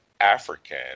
African